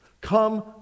come